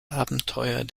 abenteuer